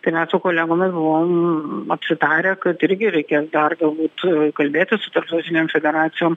tai mes su kolegomis buvom m apsitarę kad irgi reikės dar galbūt kalbėtis su tarptautinėm federacijom